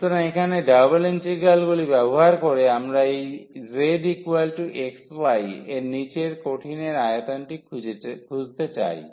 সুতরাং এখানে ডাবল ইন্টিগ্রালগুলি ব্যবহার করে আমরা এই zxy এর নীচের কঠিনের আয়তনটি খুঁজতে চাই